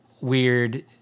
weird